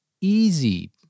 easy